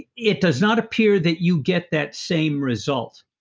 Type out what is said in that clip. it it does not appear that you get that same result.